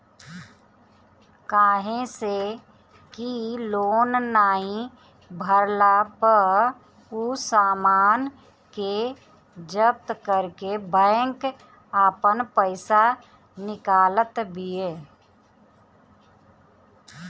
काहे से कि लोन नाइ भरला पअ उ सामान के जब्त करके बैंक आपन पईसा निकालत बिया